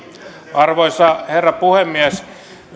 arvoisa herra puhemies